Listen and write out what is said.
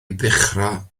ddechrau